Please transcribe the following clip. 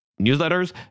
newsletters